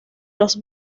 los